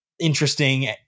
interesting